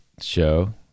show